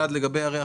לגבי ערי החוף: